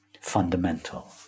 fundamental